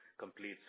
Complete